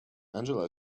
angela